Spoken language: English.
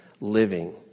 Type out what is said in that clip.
living